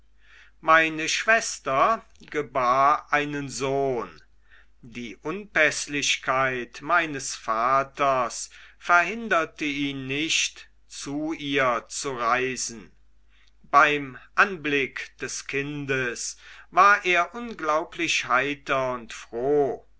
meine schwester gebar